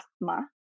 asthma